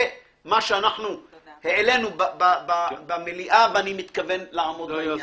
זה מה שהעלינו במליאה, ואני מתכוון לעמוד בכך.